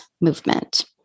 movement